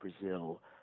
Brazil